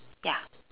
ya